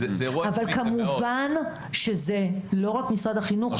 אבל כמובן שזה לא רק משרד החינוך,